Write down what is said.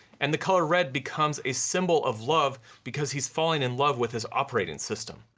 and the color red becomes a symbol of love, because he's falling in love with his operating system.